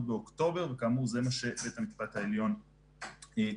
באוקטובר וכאמור זה מה שבית המשפט העליון קבע